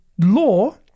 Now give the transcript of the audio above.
law